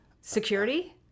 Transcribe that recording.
Security